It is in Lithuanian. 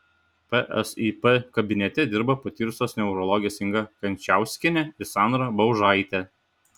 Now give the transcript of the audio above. psip kabinete dirba patyrusios neurologės inga kančauskienė ir sandra baužaitė